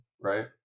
right